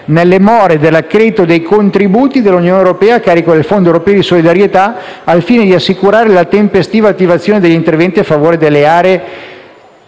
nelle more dell'accredito dei contributi dell'Unione europea a carico del Fondo europeo di solidarietà, al fine di assicurare la tempestiva attivazione degli interventi a favore delle aree